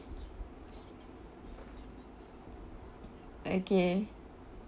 okay